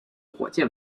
火箭